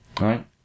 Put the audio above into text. Right